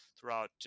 throughout